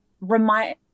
remind